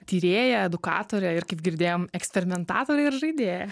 tyrėja edukatorė ir kaip girdėjom eksperimentatorė ir žaidėja